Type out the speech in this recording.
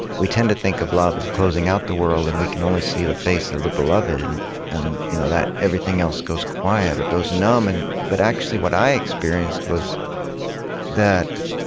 we tend to think of love as closing out the world, and we can only see the face of the beloved, and and you know that everything else goes quiet or goes numb. and but actually, what i experienced was that